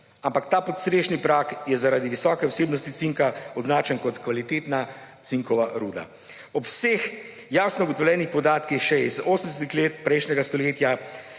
ampak ta podstrešni prah je zaradi visoke vsebnosti cinka označen kot kvalitetna cinkova ruda. Ob vseh jasno ugotovljenih podatkih še iz osemdesetih let prejšnjega stoletja